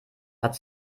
hat